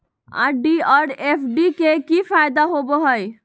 RD और FD के की फायदा होबो हइ?